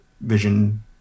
vision